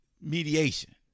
mediation